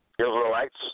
Israelites